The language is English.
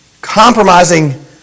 Compromising